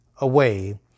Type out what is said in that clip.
away